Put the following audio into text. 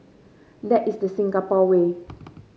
that is the Singapore way